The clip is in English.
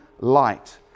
light